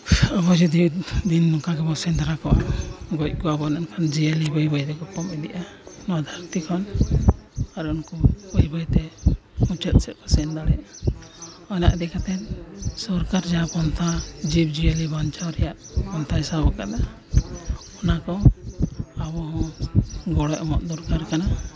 ᱟᱵᱚ ᱡᱩᱫᱤ ᱫᱤᱱ ᱱᱚᱝᱠᱟ ᱜᱮᱵᱚᱱ ᱥᱮᱸᱫᱽᱨᱟ ᱠᱚᱣᱟ ᱜᱚᱡ ᱠᱚᱣᱟ ᱵᱚᱱ ᱮᱱᱠᱷᱟᱱ ᱡᱤᱭᱟᱹᱞᱤ ᱵᱟᱹᱭ ᱵᱟᱹᱭ ᱛᱮᱠᱚ ᱠᱚᱢ ᱤᱫᱤᱜᱼᱟ ᱱᱚᱣᱟ ᱫᱷᱟᱹᱨᱛᱤ ᱠᱷᱚᱱ ᱟᱨ ᱩᱱᱠᱩ ᱵᱟᱹᱭ ᱵᱟᱹᱭᱛᱮ ᱢᱩᱪᱟᱹᱫ ᱥᱮᱫ ᱠᱚ ᱥᱮᱱ ᱫᱟᱲᱮᱭᱟᱜᱼᱟ ᱚᱱᱟ ᱤᱫᱤ ᱠᱟᱛᱮ ᱥᱚᱨᱠᱟᱨ ᱡᱟᱦᱟᱸ ᱯᱚᱱᱛᱷᱟ ᱡᱤᱵᱽᱼᱡᱤᱭᱟᱞᱤ ᱵᱟᱧᱪᱟᱣ ᱨᱮᱭᱟᱜ ᱯᱟᱱᱛᱷᱟᱭ ᱥᱟᱵ ᱟᱠᱟᱫᱟ ᱚᱱᱟ ᱠᱚ ᱟᱵᱚ ᱦᱚᱸ ᱜᱚᱲᱚ ᱮᱢᱚᱜ ᱫᱚᱨᱠᱟᱨ ᱠᱟᱱᱟ